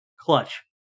Clutch